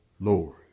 Lord